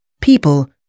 People